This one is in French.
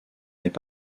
n’est